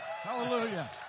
Hallelujah